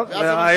טוב, זה רעיון.